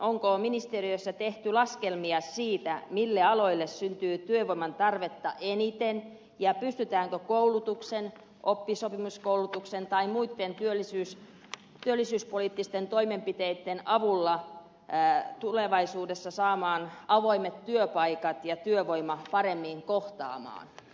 onko ministeriössä tehty laskelmia siitä mille aloille syntyy työvoiman tarvetta eniten ja pystytäänkö koulutuksen kuten oppisopimuskoulutuksen tai muitten työllisyyspoliittisten toimenpiteitten avulla tulevaisuudessa saamaan avoimet työpaikat ja työvoima paremmin kohtaamaan